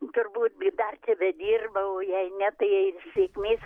turbūt dar tebedirba o jei ne tai jai sėkmės